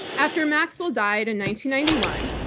after maxwell died and ninety ninety one,